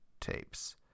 tapes